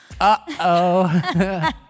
Uh-oh